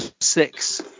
six